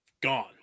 gone